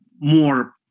more